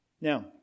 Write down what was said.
Now